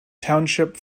township